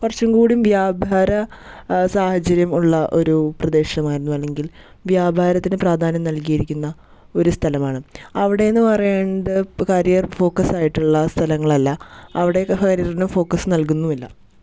കുറച്ചും കൂടി വ്യാപാര സാഹചര്യമുള്ള ഒരു പ്രദേശമായിരുന്നു അല്ലെങ്കിൽ വ്യാപാരത്തിന് പ്രാധാന്യം നൽകിയിരിക്കുന്ന ഒരു സ്ഥലമാണ് അവിടെ എന്ന് പറയേണ്ട കരിയർ ഫോക്കസായിട്ടുള്ള സ്ഥലങ്ങളല്ല അവിടെയൊക്കെ കരിയറിന് ഫോക്കസ് നല്കുന്നുമില്ല